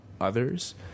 others